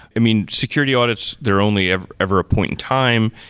i mean, security audits they're only ever ever a point in time,